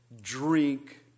drink